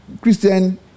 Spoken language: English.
Christian